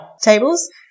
tables